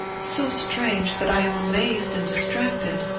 so strange, that i am amazed and distracted.